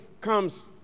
comes